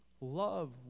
Love